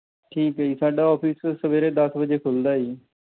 ਠੀਕ ਹੈ ਜੀ ਸਾਡਾ ਔਫਿਸ ਸਵੇਰੇ ਦਸ ਵਜੇ ਖੁੱਲਦਾ ਜੀ